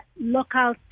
Local